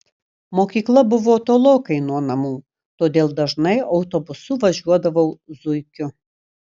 mokykla buvo tolokai nuo namų todėl dažnai autobusu važiuodavau zuikiu